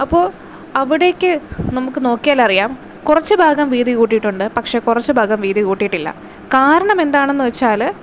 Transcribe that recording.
അപ്പോൾ അവിടേക്ക് നമുക്ക് നോക്കിയാൽ അറിയാം കുറച്ചുഭാഗം വീതി കൂടിയിട്ടുണ്ട് പക്ഷെ കുറച്ചു ഭാഗം വീതി കൂട്ടിയിട്ടില്ല കാരണമെന്താണെന്ന് വെച്ചാല്